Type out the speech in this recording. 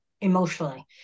emotionally